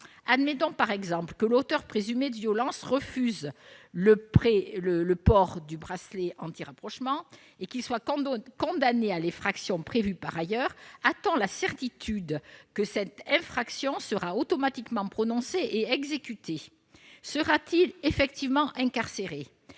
Admettons par exemple que l'auteur présumé de violences refuse le port du bracelet anti-rapprochement et soit condamné à la peine prévue par ailleurs. A-t-on la certitude que la sanction sera automatiquement prononcée et exécutée ? L'individu sera-t-il effectivement incarcéré ?